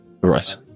right